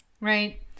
Right